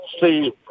see